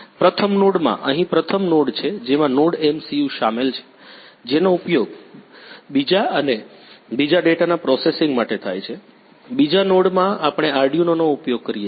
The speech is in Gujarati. પ્રથમ નોડમાં અહીં પ્રથમ નોડ છે જેમાં NodeMCU શામેલ છે જેનો ઉપયોગ બીજા અને બીજા ડેટાના પ્રોસેસિંગ માટે થાય છે બીજા નોડમાં આપણે આર્ડ્યુંનોનો ઉપયોગ કરીએ છીએ